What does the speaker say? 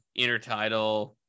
intertidal